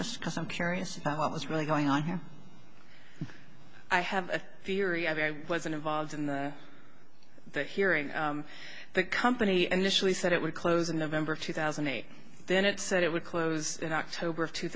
just because i'm curious about what is really going on here i have a theory i wasn't involved in the hearing the company initially said it would close in november of two thousand and eight then it said it would close in october of two